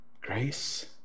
grace